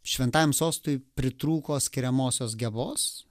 šventajam sostui pritrūko skiriamosios gebos